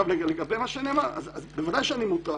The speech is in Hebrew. לגבי מה שנאמר, ודאי שאני מוטרד.